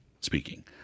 speaking